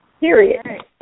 period